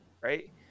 Right